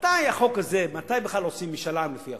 מתי בכלל עושים משאל עם לפי החוק?